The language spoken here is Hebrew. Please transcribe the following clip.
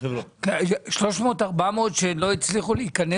400-300 שלא הצליחו להיכנס?